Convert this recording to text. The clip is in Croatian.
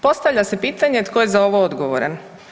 Postavlja se pitanje tko je za ovo odgovoran?